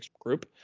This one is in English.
group